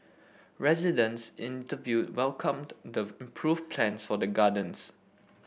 residents interviewed welcomed the improved plans for the gardens